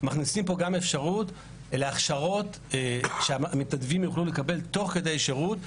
מכניסים פה גם אפשרות להכשרות שהמתנדבים יוכלו לקבל תוך כדי שירות,